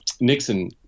Nixon